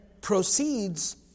proceeds